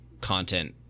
content